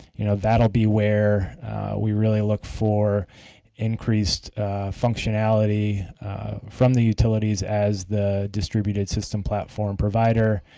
you know that will be where we really look for increased functionality from the utilities as the distributed system platform provider.